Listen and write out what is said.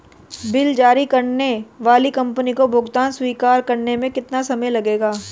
Bill जारी करने वाली कंपनी को भुगतान स्वीकार करने में कितना समय लगेगा?